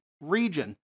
region